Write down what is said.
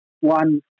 one